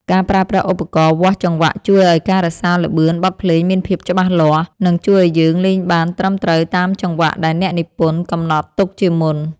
ការប្រើប្រាស់ឧបករណ៍វាស់ចង្វាក់ជួយឱ្យការរក្សាល្បឿនបទភ្លេងមានភាពច្បាស់លាស់ និង ជួយឱ្យយើងលេងបានត្រឹមត្រូវតាមចង្វាក់ដែលអ្នកនិពន្ធកំណត់ទុកជាមុន។